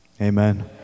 Amen